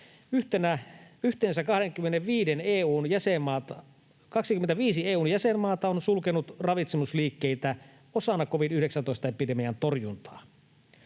yhteensä 25 EU:n jäsenmaata on sulkenut ravitsemusliikkeitä osana covid-19-epidemian torjuntaa.